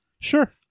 sure